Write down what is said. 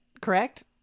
correct